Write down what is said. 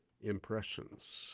Impressions